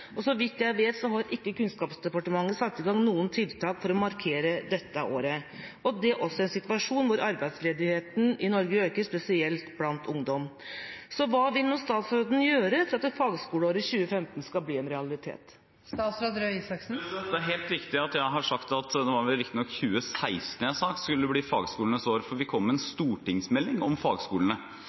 dette. Så vidt jeg vet, har ikke Kunnskapsdepartementet satt i gang noen tiltak for å markere dette året – i en situasjon hvor arbeidsledigheten øker i Norge, og spesielt blant ungdom. Hva vil statsråden gjøre for at fagskoleåret 2015 skal bli en realitet? Det er helt riktig, men jeg sa at 2016 skulle bli fagskolenes år. Vi kommer med en stortingsmelding om fagskolene.